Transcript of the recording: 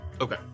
Okay